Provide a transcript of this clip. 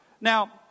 Now